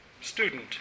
student